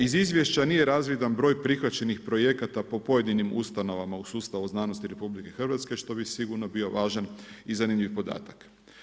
Iz izvješća nije razvidan broj prihvaćenih projekata po pojedinim ustanovama u sustavu znanosti RH što bi sigurno bio važan i zanimljiv podatak.